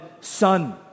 son